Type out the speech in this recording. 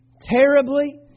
terribly